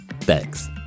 Thanks